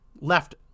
left